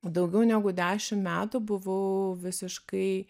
daugiau negu dešim metų buvau visiškai